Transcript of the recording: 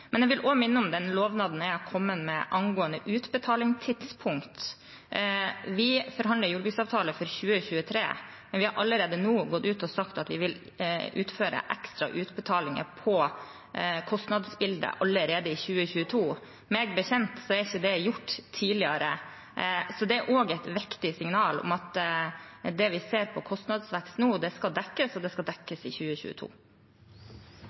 men jeg vil minne om den lovnaden jeg har kommet med angående utbetalingstidspunkt. Vi forhandler jordbruksavtale for 2023, men vi har allerede nå gått ut og sagt at vi vil utføre ekstra utbetalinger på kostnadsbildet allerede i 2022. Meg bekjent er ikke det gjort tidligere, så det er et viktig signal om at det vi ser på kostnadsvekst nå, skal dekkes, og det skal